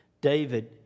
David